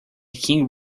king